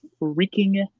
freaking